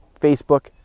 Facebook